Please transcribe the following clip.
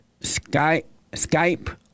Skype